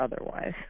otherwise